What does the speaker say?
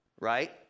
right